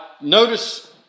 notice